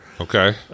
Okay